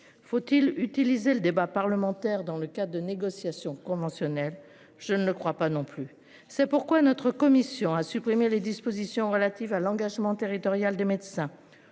Faut-il utiliser le débat parlementaire. Dans le cas de négociation conventionnelle. Je ne crois pas non plus. C'est pourquoi notre commission a supprimé les dispositions relatives à l'engagement territorial de médecins